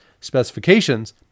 specifications